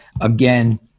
again